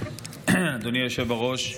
אדוני היושב בראש,